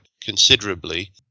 considerably